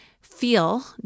feel